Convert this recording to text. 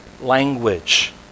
language